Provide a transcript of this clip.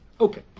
Okay